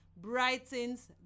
brightens